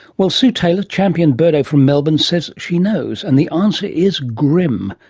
well sue taylor, champion birdo from melbourne says she knows and the answer is grim.